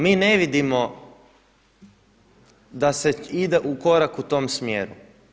M ne vidimo da se ide u korak u tom smjeru.